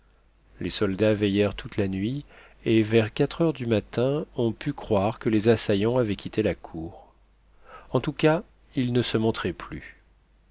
les soldats veillèrent toute la nuit et vers quatre heures du matin on put croire que les assaillants avaient quitté la cour en tout cas ils ne se montraient plus